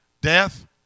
death